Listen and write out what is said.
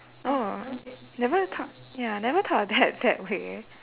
oh never thought ya never thought of that that way